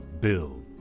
Bill